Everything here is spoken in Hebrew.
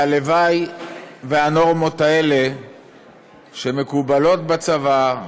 והלוואי שהנורמות האלה שמקובלות בצבא,